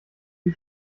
die